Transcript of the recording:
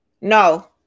no